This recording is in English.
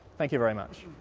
thank you very much.